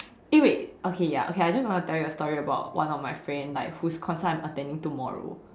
eh wait okay ya okay I just wanted to tell you a story about one of my friend like who's concert I'm attending tomorrow